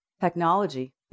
technology